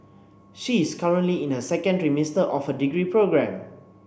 she is currently in her second trimester of her degree program